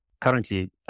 Currently